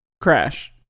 Crash